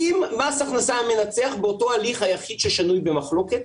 אם מס הכנסה מנצח באותו הליך יחיד ששנוי במחלוקת,